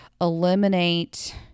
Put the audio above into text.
eliminate